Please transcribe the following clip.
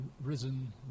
risen